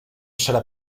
serà